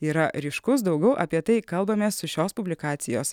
yra ryškus daugiau apie tai kalbamės su šios publikacijos